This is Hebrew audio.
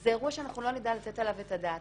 זה אירוע שאנחנו לא נדע לתת עליו את הדעת.